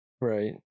right